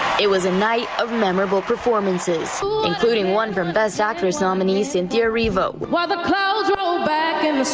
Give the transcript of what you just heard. it was a night of memorable performances including one for um best actress nominee cynthia erivo while the clouds rolled back and this